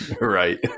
Right